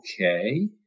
okay